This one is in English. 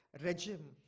regime